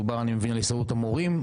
התכוונו להסתדרות המורים,